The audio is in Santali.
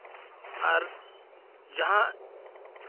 ᱟᱨ ᱡᱟᱦᱟᱸ